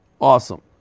awesome